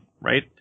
Right